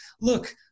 look